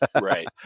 right